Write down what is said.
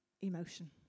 emotion